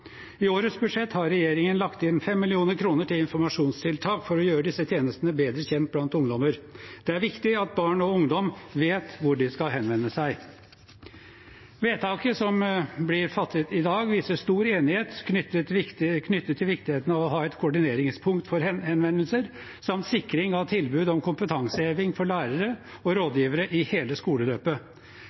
I årets budsjett har regjeringen lagt inn 5 mill. kr til informasjonstiltak for å gjøre disse tjenestene bedre kjent blant ungdom. Det er viktig at barn og ungdom vet hvor de skal henvende seg. Vedtaket som blir fattet i dag, viser stor enighet knyttet til viktigheten av å ha et koordineringspunkt for henvendelser samt sikring av tilbud om kompetanseheving for lærere og rådgivere i hele skoleløpet.